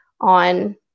on